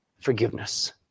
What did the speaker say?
forgiveness